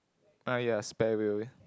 uh ya spare wheel